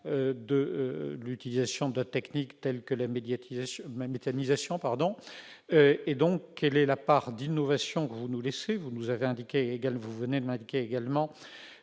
de l'utilisation de techniques telles que la méthanisation ? Quelle est la part d'innovation que vous nous laissez ? Vous venez aussi de m'indiquer que